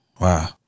Wow